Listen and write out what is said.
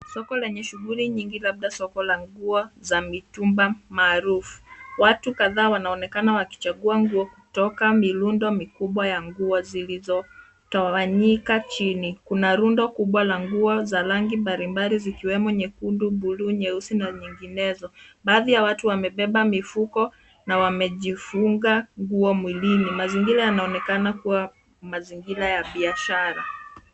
Soko lenye shughuli nyingi labda soko la nguo za mitumba maarufu. Watu kadhaa wanaonekana wakichagua nguo kutoka mirundo mikubwa ya nguo zilizotawanyika chini. Kuna rundo kubwa la nguo za rangi mbalimbali zikiwemo nyekundu, bluu, nyeusi na nyinginezo. Baadhi ya watu wamebeba mifuko na wamejifunga nguo mwili. Mazingira yanaonekana kuwa mazingira ya biashara.